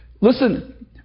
Listen